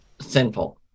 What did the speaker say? sinful